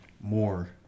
More